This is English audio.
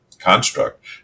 Construct